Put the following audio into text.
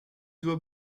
doit